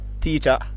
teacher